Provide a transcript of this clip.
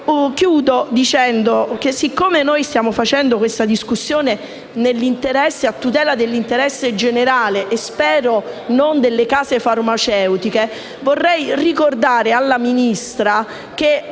monodose. Poiché stiamo facendo questa discussione a tutela dell'interesse generale e - spero - non delle case farmaceutiche, vorrei ricordare alla Ministra che